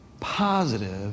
Positive